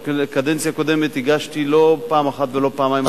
בקדנציה הקודמת הגשתי לא פעם ולא פעמיים,